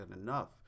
enough